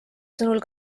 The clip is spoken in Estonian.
sõnul